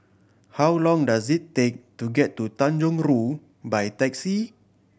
how long does it take to get to Tanjong Rhu by taxi